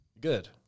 Good